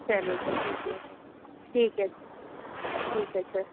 चलिए अच्छा ठीक है ठीक है ठीक है अच्छा